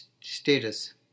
status